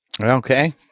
Okay